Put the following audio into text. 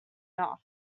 enough